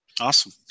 Awesome